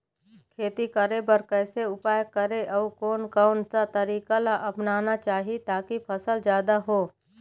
खेती करें बर कैसे उपाय करें अउ कोन कौन सा तरीका ला अपनाना चाही ताकि फसल जादा हो?